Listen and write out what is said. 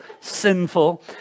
sinful